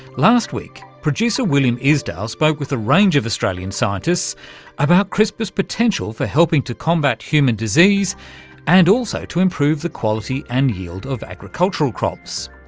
last week, producer william isdale spoke with a range of australian scientists about crispr's potential for helping to combat human disease and also to improve the quality and yield of agricultural crops.